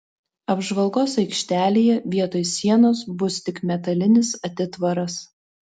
apžvalgos aikštelėje vietoj sienos bus tik metalinis atitvaras